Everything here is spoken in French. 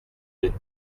une